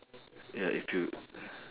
ya if you